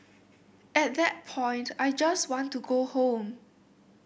at that point I just want to go home